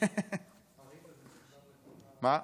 מה?